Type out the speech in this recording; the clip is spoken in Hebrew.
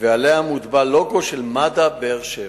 ועליה מוטבע לוגו של מד"א באר-שבע.